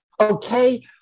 okay